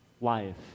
life